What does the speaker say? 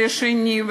ולשני,